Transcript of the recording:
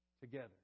together